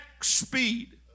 speed